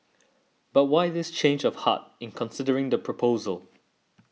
but why this change of heart in considering the proposal